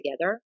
together